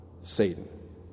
Satan